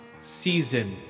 season